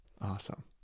Awesome